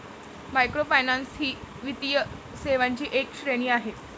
microfinance ही वित्तीय सेवांची एक श्रेणी आहे